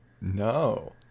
No